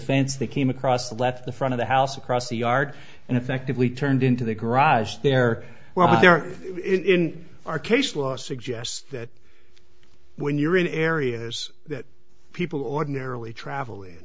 fence they came across the left the front of the house across the yard and effectively turned into the garage there well they're in our case law suggests that when you're in areas that people ordinarily travel in